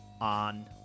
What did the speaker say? on